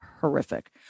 horrific